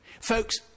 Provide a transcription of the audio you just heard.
Folks